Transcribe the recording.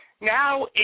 Now